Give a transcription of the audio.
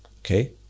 Okay